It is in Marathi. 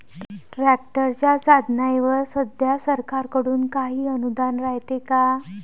ट्रॅक्टरच्या साधनाईवर सध्या सरकार कडून काही अनुदान रायते का?